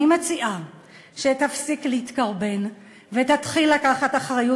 אני מציעה שתפסיק להתקרבן ותתחיל לקחת אחריות